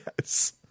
Yes